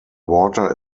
water